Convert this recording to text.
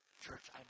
church